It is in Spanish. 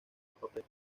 papel